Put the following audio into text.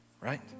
Right